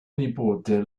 nipote